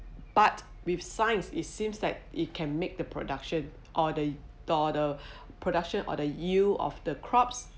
but with science it seems like it can make the production or the or the production or the yield of the crops